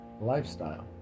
lifestyle